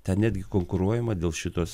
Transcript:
ten netgi konkuruojama dėl šitos